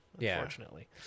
Unfortunately